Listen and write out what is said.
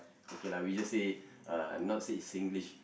okay lah we just say uh not say is Singlish